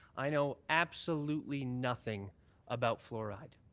i know absolutely nothing about fluoride.